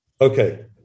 Okay